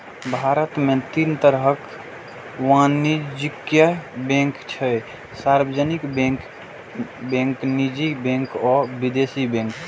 भारत मे तीन तरहक वाणिज्यिक बैंक छै, सार्वजनिक बैंक, निजी बैंक आ विदेशी बैंक